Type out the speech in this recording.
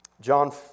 John